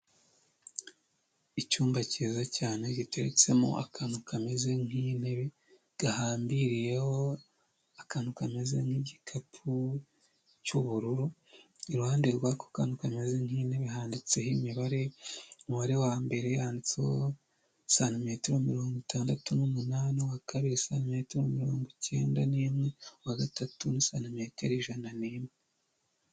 Icyumba kiza cyane giteretsemo akantu kameze nk'intebe gahambiriyeho akantu kameze nk'igikapu cy'ubururu, iruhande rw'ako kantu kameze nk'intebe handitseho imibare, umubare wa mbere handitseho santimetero mirongo itandatu n'umunani, uwa kabiri santimetero mirongo ikenda n'imwe, uwa gatatu ni santimetero ijana n'imwe.